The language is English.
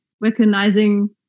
recognizing